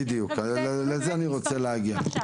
בדיוק, לזה אני רוצה להגיע.